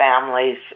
families